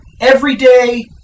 everyday